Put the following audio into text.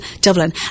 Dublin